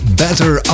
better